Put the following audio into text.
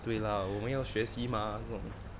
对啦我们要学习嘛这种